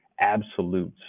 absolutes